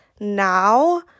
now